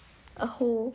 a hoe